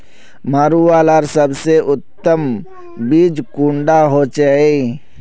मरुआ लार सबसे उत्तम बीज कुंडा होचए?